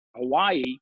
Hawaii